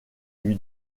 lui